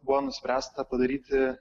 buvo nuspręsta padaryti